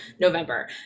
November